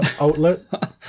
outlet